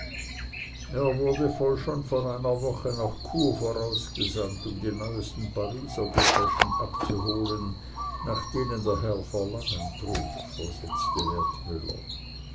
er wurde schon vor einer woche nach chur vorausgesandt um die neuesten pariser depeschen abzuholen nach denen der herr verlangen trug versetzte wertmüller